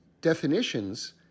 definitions